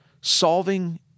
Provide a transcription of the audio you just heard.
Solving